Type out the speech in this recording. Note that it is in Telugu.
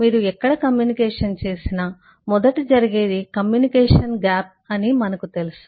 మీరు ఎక్కడ కమ్యూనికేషన్ చేసినా మొదట జరిగేది కమ్యూనికేషన్లో అంతరం అని మనకు తెలుసు